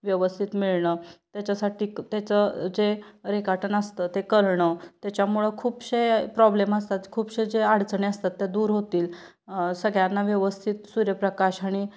व्यवस्थित मिळणं त्याच्यासाठी त्याचं जे रेखाटन असतं ते करणं त्याच्यामुळं खूपसे प्रॉब्लेम असतात खूपसे जे अडचणी असतात त्या दूर होतील सगळ्यांना व्यवस्थित सूर्यप्रकाश आणि